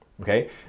okay